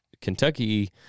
Kentucky